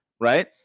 right